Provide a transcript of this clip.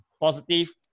positive